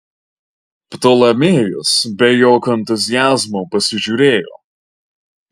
ptolemėjus be jokio entuziazmo pasižiūrėjo